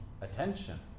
Attention